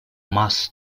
mass